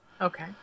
Okay